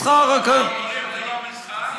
מסחר, רק, מרכולים זה לא מסחר?